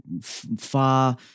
far